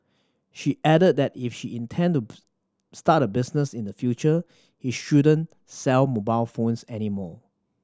she added that if she intend to start a business in the future he shouldn't sell mobile phones any more